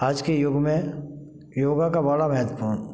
आज के युग में योगा का बड़ा महत्वपूर्ण